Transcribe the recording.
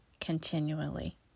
continually